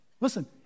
Listen